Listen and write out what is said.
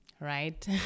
right